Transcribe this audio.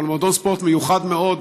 אבל מועדון ספורט מיוחד מאוד,